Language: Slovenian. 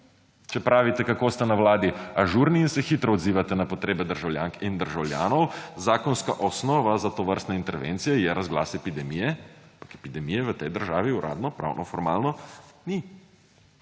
če pravite, kako ste na vladi ažurni in se hitro odzivate na potrebe državljank in državljanov. Zakonska osnova za tovrstne intervencije je razglas epidemije, ampak epidemije v tej državi uradno, pravnoformalno ni.